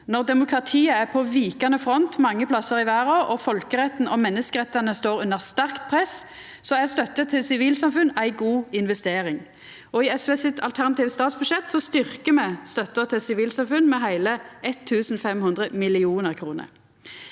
Når demokratiet er på vikande front mange plassar i verda og folkeretten og menneskerettane står under sterkt press, er støtte til sivilsamfunn ei god investering. I SV sitt alternative statsbudsjett styrkjer me støtta til sivilsamfunn med heile 1 500 mill. kr.